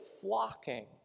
flocking